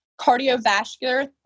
cardiovascular